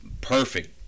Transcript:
perfect